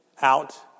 out